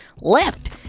left